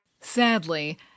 Sadly